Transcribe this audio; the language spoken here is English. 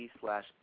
slash